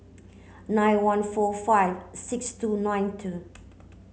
nine one four five six two nine two